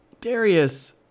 Darius